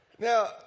Now